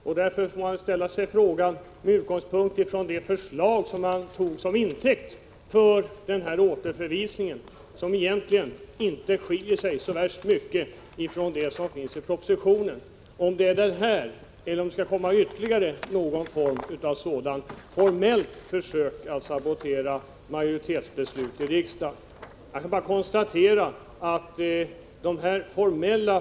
Jag frågar mig, med utgångspunkt i det förslag som togs som intäkt för återförvisningen, som egentligen inte skiljer sig så värst mycket från det som finns i propositionen, om det kommer att göras ytterligare något formellt försök att fördröja majoritetsbeslut i riksdagen? Jag bara konstaterar att de här formella försöken att fördröja genomföran = Prot.